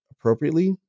appropriately